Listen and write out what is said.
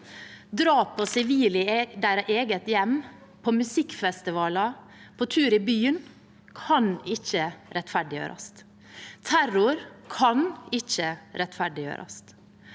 Drap på sivile i deres eget hjem, på musikkfestivaler eller på tur i byen kan ikke rettferdiggjøres. Terror kan ikke rettferdiggjøres.